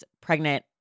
pregnant